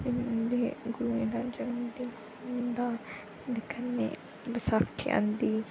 उं'दे गुरुऐं दा जन्म दिन आंदा कन्नै ते बसाखी आंदी